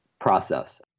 process